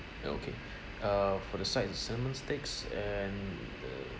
uh okay uh for the sides the cinnamon sticks and the